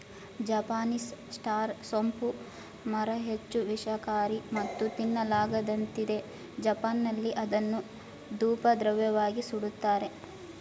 Japanese star ಸೋಂಪು ಮರ ಹೆಚ್ಚು ವಿಷಕಾರಿ ಮತ್ತು ತಿನ್ನಲಾಗದಂತಿದೆ ಜಪಾನ್ನಲ್ಲಿ ಅದನ್ನು ಧೂಪದ್ರವ್ಯವಾಗಿ ಸುಡ್ತಾರೆ